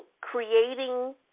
creating